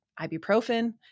ibuprofen